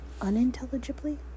unintelligibly